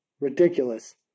Ridiculous